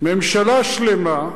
ממשלה שלמה,